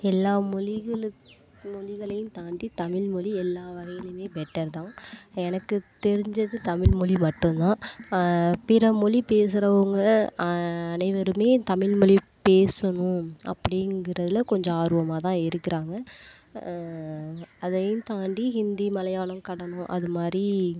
எல்லா மொழிகளுக்கு மொழிகளையும் தாண்டி தமிழ்மொழி எல்லா வகையிலுமே பெட்டர் தான் எனக்கு தெரிஞ்சது தமிழ்மொழி மட்டுந்தான் பிறமொழி பேசுகிறவங்க அனைவருமே தமிழ்மொழி பேசணும் அப்படிங்குறதுல கொஞ்சம் ஆர்வமாகதான் இருக்கிறாங்க அதையும் தாண்டி ஹிந்தி மலையாளம் கன்னடம் அதைமாரி